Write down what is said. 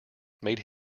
made